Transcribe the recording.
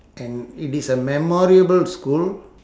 and it is a memorable school